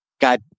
God